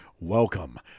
Welcome